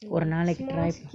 ஒரு நாளைக்கு:oru naalaikku try